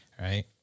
right